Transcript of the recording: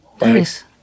Nice